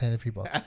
people